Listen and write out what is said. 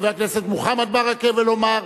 חבר הכנסת מוחמד ברכה ולומר,